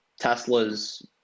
Teslas